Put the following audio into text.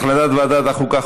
החלטת ועדת החוקה,